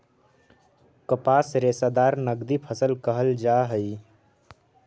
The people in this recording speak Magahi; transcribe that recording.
कपास रेशादार नगदी फसल कहल जा हई